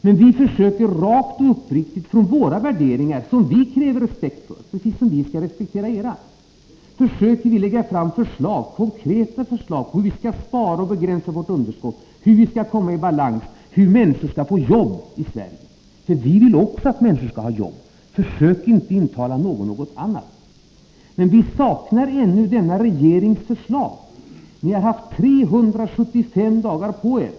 Men vi försöker rakt och uppriktigt från våra värderingar, som vi kräver respekt för precis som vi skall respektera era, lägga fram konkreta förslag på hur vi skall spara och begränsa vårt underskott, hur vår ekonomi skall komma i balans, hur människor skall få jobb i Sverige. Vi vill också att människor skall ha jobb. Försök inte intala någon något annat! Men vi saknar ännu denna regerings förslag. Ni har haft 375 dagar på er.